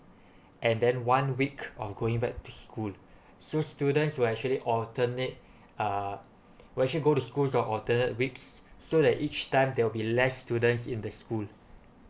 and then one week of going back to school so students will actually alternate uh where she goes to school on alternate weeks so that each time there'll be less students in the school